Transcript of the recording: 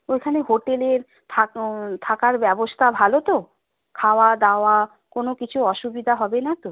ওইখানে হোটেলের থাকার ব্যবস্থা ভালো তো খাওয়া দাওয়া কোনো কিছু অসুবিধা হবে না তো